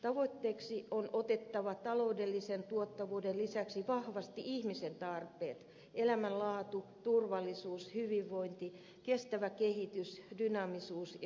tavoitteeksi on otettava taloudellisen tuottavuuden lisäksi vahvasti ihmisen tarpeet elämänlaatu turvallisuus hyvinvointi kestävä kehitys dynaamisuus ja joustavuus